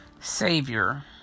Savior